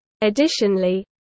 Additionally